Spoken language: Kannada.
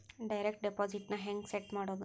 ಡೈರೆಕ್ಟ್ ಡೆಪಾಸಿಟ್ ನ ಹೆಂಗ್ ಸೆಟ್ ಮಾಡೊದು?